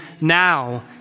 now